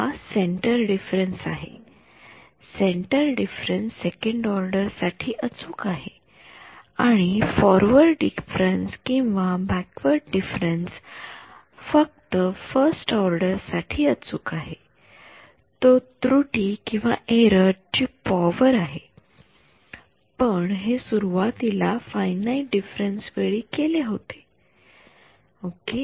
हा centre difference आहे centre difference second order साठी अचूक आहे आणि फ़ॉरवर्ड डिफरन्स किंवा बॅकवर्ड डिफरन्स फक्त फर्स्ट ऑर्डर साठी अचूक आहे तो त्रुटीएरर ची पॉवर आहे आपण हे सुरवातीला फायनाईट डिफरन्स वेळी केले आहे ओके